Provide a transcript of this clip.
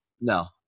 No